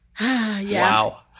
Wow